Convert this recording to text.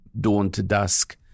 dawn-to-dusk